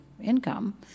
income